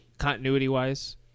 continuity-wise